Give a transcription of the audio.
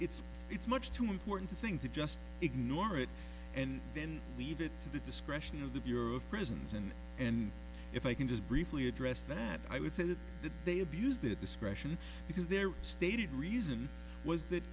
it's it's much too important thing to just ignore it and then leave it to the discretion of the bureau of prisons and and if i can just briefly address that i would say that they abused their discretion because their stated reason was that